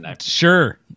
Sure